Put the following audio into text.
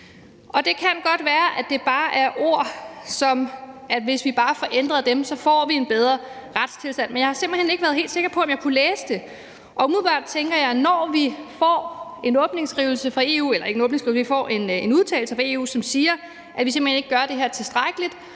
Det kan godt være, at det bare er ord, og at vi, hvis bare vi får ændret dem, får en bedre retstilstand, men jeg har simpelt hen ikke været helt sikker på, om jeg kunne læse dét. Umiddelbart tænker jeg, at vi, når vi får en udtalelse fra Europa-Kommissionen om, at vi simpelt hen ikke gør det her tilstrækkeligt,